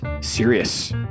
Serious